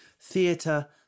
Theatre